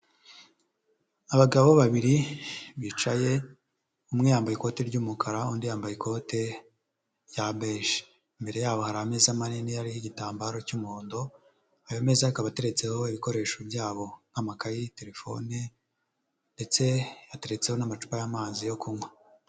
Abagabo babiri bicaye, umwe yambaye ikoti ry'umukara undi yambaye ikote rya beje, imbere yabo hari ameza manini hariho igitambaro cy'umuhondo, ayo meza akaba ateretseho ibikoresho byabo, amakaye, terefone, ndetse hateretseho n'amacupa y'amazi yo kunywa.